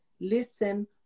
listen